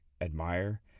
admire